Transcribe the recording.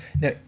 Now